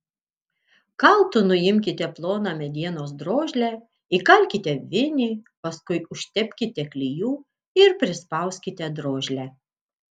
kaltu nuimkite ploną medienos drožlę įkalkite vinį paskui užtepkite klijų ir prispauskite drožlę